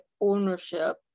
ownership